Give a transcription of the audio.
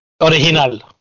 Original